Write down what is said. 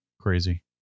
crazy